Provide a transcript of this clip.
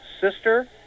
sister –